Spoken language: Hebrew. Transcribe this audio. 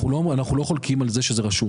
אנחנו לא חולקים על זה שזה רשום.